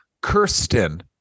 Kirsten